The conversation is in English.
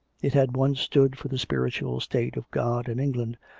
it had once stood for the spiritual state of god in england,